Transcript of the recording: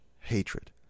hatred